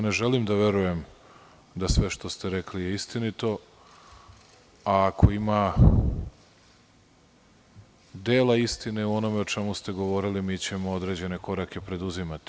Ne želim da verujem da sve što ste rekli je istinito, a ako ima dela istine o čemu ste govorili, mi ćemo određene korake preduzimati.